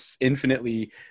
infinitely